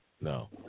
No